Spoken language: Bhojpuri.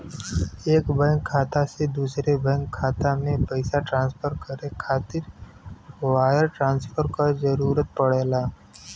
एक बैंक खाता से दूसरे बैंक खाता में पइसा ट्रांसफर करे खातिर वायर ट्रांसफर क जरूरत पड़ेला